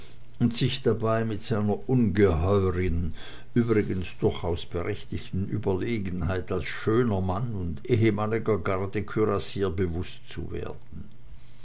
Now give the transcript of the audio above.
und sich dabei seiner ungeheuren übrigens durchaus berechtigten überlegenheit als schöner mann und ehemaliger gardekürassier bewußt zu werden